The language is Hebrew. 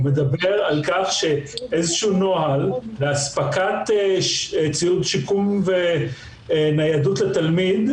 הוא מדבר על איזשהו נוהל לאספקת ציוד שיקום וניידות לתלמיד,